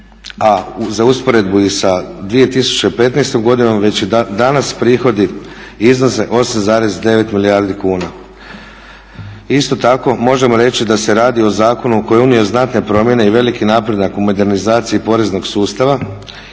a za usporedbu sa 2015.godinom već danas prihodi iznose 8,9 milijardi kuna. Isto tako možemo reći da se radi o zakonu koji je unio znatne promjene i veliki napredak u modernizaciji poreznog sustava,